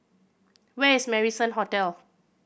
where is Marrison Hotel